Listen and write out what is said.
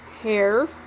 hair